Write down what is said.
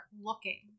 looking